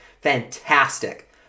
Fantastic